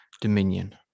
Dominion